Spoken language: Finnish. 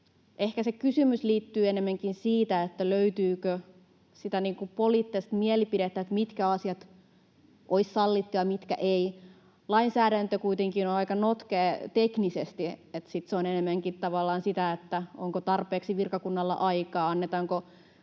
ehkä se kysymys liittyy ennemminkin siihen, löytyykö niin kuin sitä poliittista mielipidettä, mitkä asiat olisivat sallittu ja mitkä eivät. Lainsäädäntö kuitenkin on aika notkea teknisesti, niin että sitten se on enemmänkin tavallaan sitä, onko virkakunnalla tarpeeksi aikaa ja annetaanko